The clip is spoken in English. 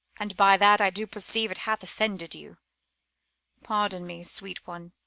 and by that i do perceive it hath offended you pardon me, sweet one,